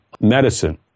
Medicine